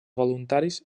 voluntaris